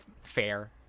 fair